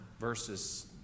verses